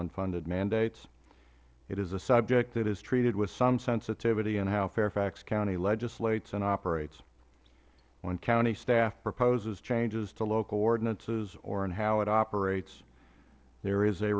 unfunded mandates it is a subject that is treated with some sensitivity in how fairfax county legislates and operates when county staff proposes changes to local ordinances or on how it operates there is a